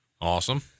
Awesome